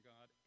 God